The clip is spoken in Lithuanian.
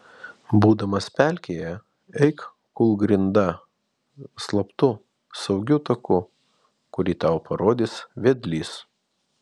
būdamas pelkėje eik kūlgrinda slaptu saugiu taku kurį tau parodys vedlys